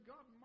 God